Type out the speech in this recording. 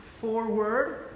forward